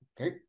Okay